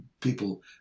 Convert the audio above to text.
people